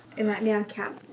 it might be on caps